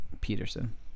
Peterson